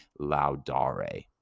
laudare